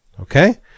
Okay